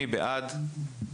מי בעד?